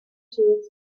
tools